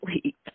sleep